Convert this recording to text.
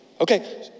Okay